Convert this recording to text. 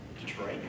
Detroit